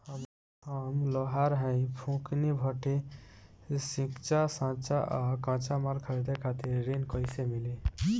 हम लोहार हईं फूंकनी भट्ठी सिंकचा सांचा आ कच्चा माल खरीदे खातिर ऋण कइसे मिली?